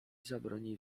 zabroni